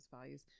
values